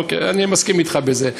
אוקיי, אני מסכים אתך בזה.